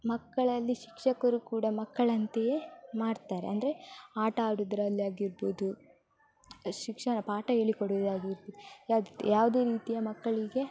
ಮಕ್ಕಳಲ್ಲಿ ಶಿಕ್ಷಕರು ಕೂಡ ಮಕ್ಕಳಂತೆಯೇ ಮಾಡ್ತಾರೆ ಅಂದರೆ ಆಟ ಆಡೋದ್ರಲ್ಲಾಗಿರ್ಬೋದು ಶಿಕ್ಷಣ ಪಾಠ ಹೇಳಿ ಕೊಡೋದಾಗಿರ್ಬೋದು ಯಾವುದೇ ಯಾವುದೇ ರೀತಿಯ ಮಕ್ಕಳಿಗೆ